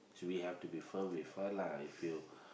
should be have to prefer with her lah if you